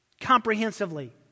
comprehensively